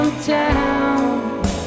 town